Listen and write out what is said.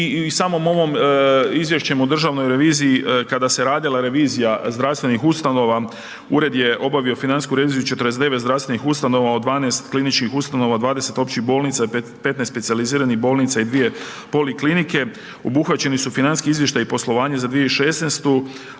samim ovim izvješćem o državnoj reviziji, kada se radila revizija zdravstvenih ustanova ured je obavio financijsku reviziju 49 zdravstvenih ustanova od 12 kliničkih ustanova, 20 općih bolnica, 15 specijaliziranih bolnica i dvije poliklinike. Obuhvaćeni su financijski izvještaji poslovanja za 2016.